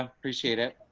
appreciate it.